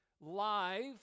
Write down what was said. live